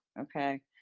Okay